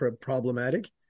problematic